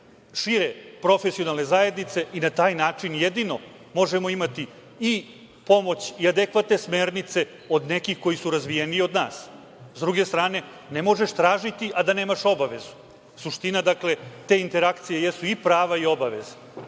šire profesionalne zajednice i na taj način jedino možemo imati pomoć i adekvatne smernice od nekih koji su razvijeniji od nas. Sa druge strane, ne možeš tražiti, a da nemaš obavezu. Suština te interakcije jesu i prava i obaveze.